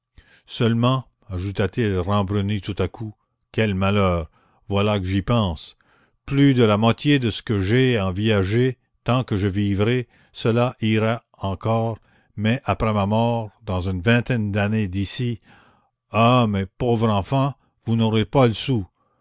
seulement ajouta-t-il rembruni tout à coup quel malheur voilà que j'y pense plus de la moitié de ce que j'ai est en viager tant que je vivrai cela ira encore mais après ma mort dans une vingtaine d'années d'ici ah mes pauvres enfants vous n'aurez pas le sou